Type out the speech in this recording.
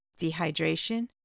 dehydration